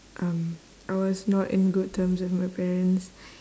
um I was not in good terms with my parents